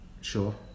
sure